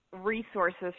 resources